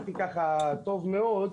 הסתכלתי טוב מאוד,